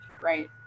right